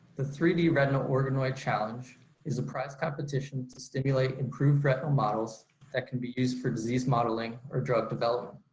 the three d retina organoid challenge is a prize competition to stimulate improved retinal models that can be used for disease modeling or drug development.